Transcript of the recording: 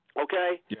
okay